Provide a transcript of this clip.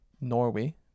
Norway